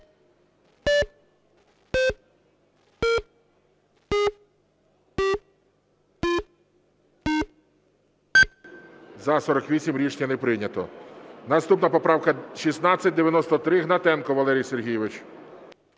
За-36 Рішення не прийнято. Наступна поправка 1757. Гнатенко Валерій Сергійович.